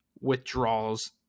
withdrawals